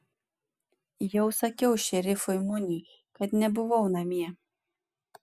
jau sakiau šerifui muniui kad nebuvau namie